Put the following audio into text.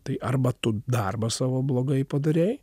tai arba tu darbą savo blogai padarei